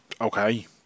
Okay